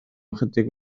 ychydig